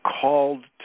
called